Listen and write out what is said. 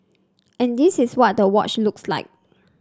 and this is what the watch looks like